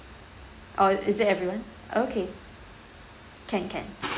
or is it everyone okay can can